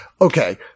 okay-